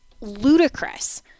ludicrous